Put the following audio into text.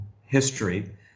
history